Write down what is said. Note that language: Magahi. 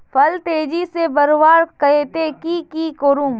फल तेजी से बढ़वार केते की की करूम?